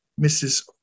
Mrs